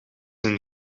een